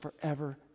forever